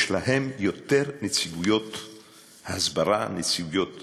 יש להם יותר נציגויות הסברה, נציגויות